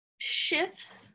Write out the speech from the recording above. shifts